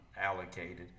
allocated